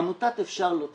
עמותת "אפשר" לא תיסגר.